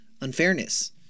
unfairness